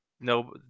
no